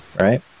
right